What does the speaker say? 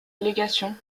légation